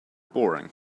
boring